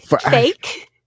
fake